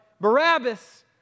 barabbas